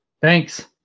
Thanks